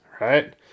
right